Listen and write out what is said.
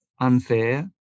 unfair